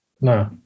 No